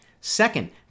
Second